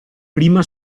prima